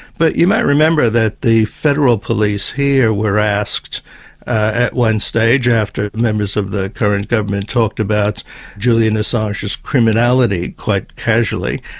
but you might remember that the federal police here were asked at one stage, after members of the current government talked about julian assange's criminality quite casually,